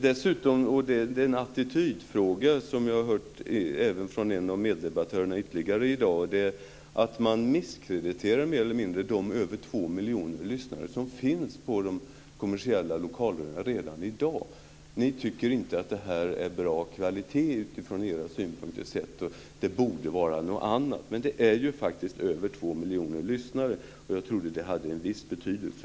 Dessutom - och det är en attitydfråga som jag har hört från ytterligare en meddebattör i dag - misskrediterar man mer eller mindre de över 2 miljoner lyssnare som finns redan i dag när det gäller den kommersiella lokalradion. Ni tycker inte att det är bra kvalitet utifrån era synpunkter och att det borde vara något annat. Men det är faktiskt över 2 miljoner lyssnare, och jag trodde att det hade en viss betydelse.